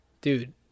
dude